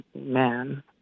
man